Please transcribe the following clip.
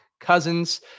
Cousins